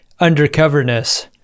undercoverness